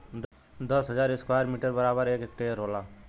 दस हजार square metre बराबर एक हेक्टेयर होला